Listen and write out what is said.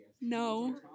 No